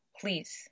Please